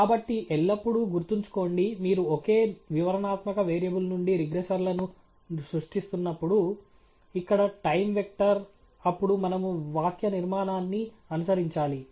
కాబట్టి ఎల్లప్పుడూ గుర్తుంచుకోండి మీరు ఒకే వివరణాత్మక వేరియబుల్ నుండి రిగ్రెసర్లను సృష్టిస్తున్నప్పుడు ఇక్కడ టైమ్ వెక్టర్ అప్పుడు మనము వాక్యనిర్మాణాన్ని అనుసరించాలి